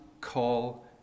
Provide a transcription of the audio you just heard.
call